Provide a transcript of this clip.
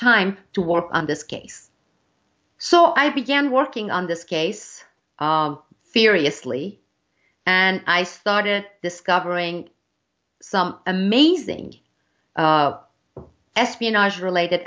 time to work on this case so i began working on this case fearlessly and i started discovering some amazing espionage related